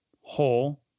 whole